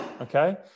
Okay